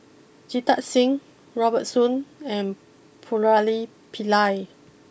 Jita Singh Robert Soon and Murali Pillai